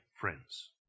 friends